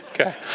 okay